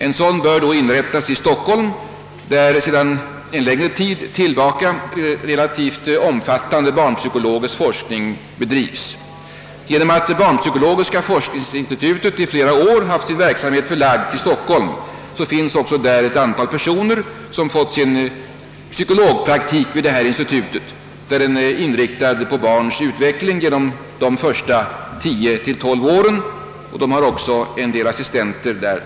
En sådan bör då inrättas i Stockholm, där sedan en längre tid tillbaka relativt omfattande barnspykologisk forskning bedrives. Genom att barnpsykologiska forskningsinstitutet i flera år haft sin verksamhet förlagd till Stockholm finns också där ett antal personer som fått sin psykologpraktik vid det här institutet, där den är inriktad på barnens utveckling under de första 10—12 åren. Till sin hjälp har det också en del assistenter.